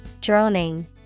Droning